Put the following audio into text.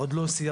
עוד לא סיימנו.